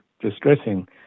distressing